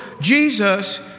Jesus